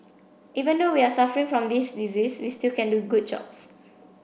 even though we are suffering from this disease we still can do good jobs